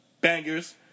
Bangers